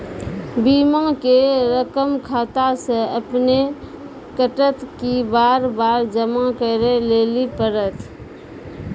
बीमा के रकम खाता से अपने कटत कि बार बार जमा करे लेली पड़त?